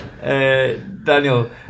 Daniel